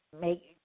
make